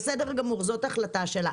בסדר גמור, זאת ההחלטה שלה.